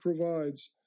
provides